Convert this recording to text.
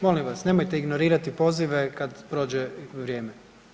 Molim vas nemojte ignorirati poziva kada prođe vrijeme.